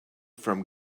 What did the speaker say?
from